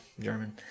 German